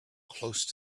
close